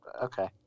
Okay